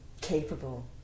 capable